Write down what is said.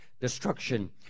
destruction